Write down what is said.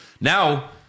Now